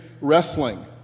wrestling